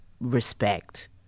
respect